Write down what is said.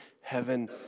heaven